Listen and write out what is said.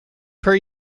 per